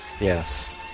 Yes